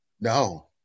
No